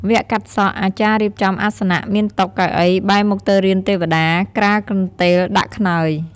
វគ្គកាត់សក់អាចារ្យរៀបចំអាសនៈ មានតុ កៅអី បែរមុខទៅរានទេវតាក្រាលកន្ទេលដាក់ខ្នើយ ។